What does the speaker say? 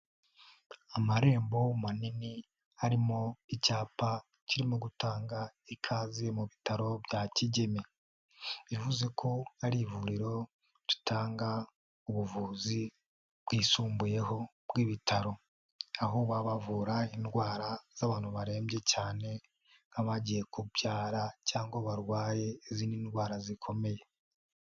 Amarembo manini arimo icyapa kirimo gutanga ikaze mu bitaro bya kigeme, bivuze ko ari ivuriro ritanga ubuvuzi bwisumbuyeho bw'ibitaro, aho babavura indwara z'abantu barembye cyane, nk'abagiye kubyara, cyangwa barwaye izindi ndwara zikomeye.